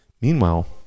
Meanwhile